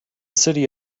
city